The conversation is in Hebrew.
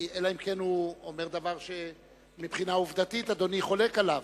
אלא אם כן הוא אומר דבר שמבחינה עובדתית אדוני חולק עליו,